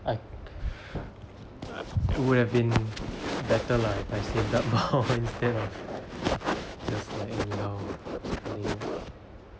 I'd it would have been better lah if I had saved up more instead of just like anyhow ah I mean